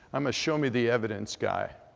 i'm a show-me-the-evidence guy.